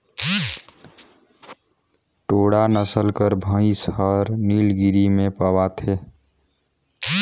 टोडा नसल कर भंइस हर नीलगिरी में पवाथे